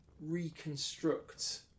reconstruct